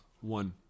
One